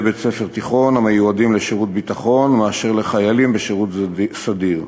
בית-ספר תיכון המיועדים לשירות ביטחון מאשר לחיילים בשירות סדיר.